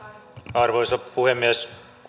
arvoisa puhemies